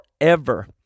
forever